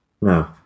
No